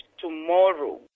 tomorrow